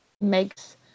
makes